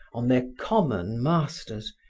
on their common masters,